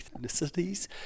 ethnicities